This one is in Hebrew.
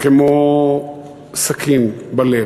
הוא כמו סכין בלב.